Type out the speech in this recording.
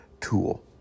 tool